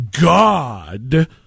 God